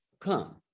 come